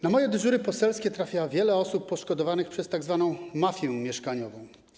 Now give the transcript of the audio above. Na moje dyżury poselskie trafia wiele osób poszkodowanych przez tzw. mafię mieszkaniową.